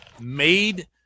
made